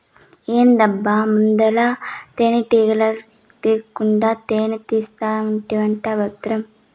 ఏందబ్బా ముందల తేనెటీగల తీకుండా తేనే తీస్తానంటివా బద్రం